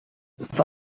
for